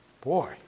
Boy